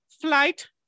flight